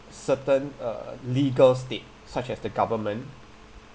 certain uh legal state such as the government